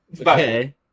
Okay